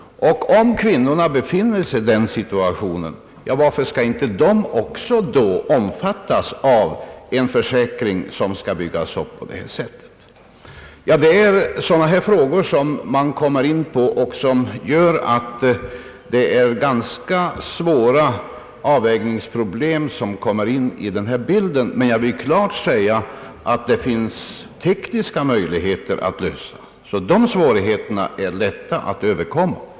Och om kvinnorna befinner sig i den situationen, varför skulle inte de också omfattas av en försäkring uppbyggd på detta sätt? Det är sådana här frågor som uppställer sig och som medför svåra avvägningsproblem, men jag vill klart utsäga, att det finns tekniska möjligheter att lösa problemet. De svårigheterna är lätta att överkomma.